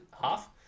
Half